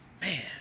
Man